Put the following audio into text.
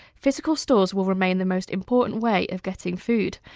physical stores will remain the most important way of getting food.